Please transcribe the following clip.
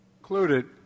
Included